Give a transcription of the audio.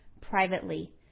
privately